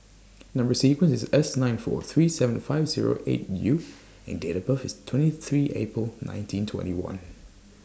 Number sequence IS S nine four three seven five Zero eight U and Date of birth IS twenty three April nineteen twenty one